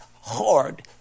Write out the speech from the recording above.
hard